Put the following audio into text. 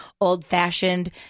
old-fashioned